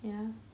ya